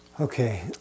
Okay